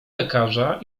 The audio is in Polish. lekarza